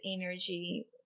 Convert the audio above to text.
energy